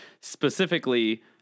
specifically